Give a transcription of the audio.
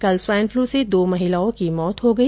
कल swine flu से दो महिलाओं की मौत हो गई